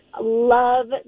love